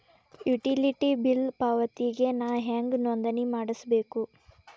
Utility bill ಪಾವತಿಗೆ ನಾ ಹೆಂಗ್ ನೋಂದಣಿ ಮಾಡ್ಸಬೇಕು?